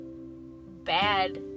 bad